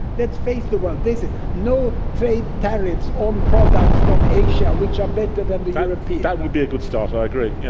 let's face the world. there is no trade tariffs on products from asia which are better than the european. that would be a good start i agree, yeah